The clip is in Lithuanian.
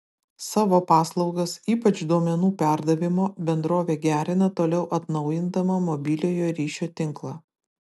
savo paslaugas ypač duomenų perdavimo bendrovė gerina toliau atnaujindama mobiliojo ryšio tinklą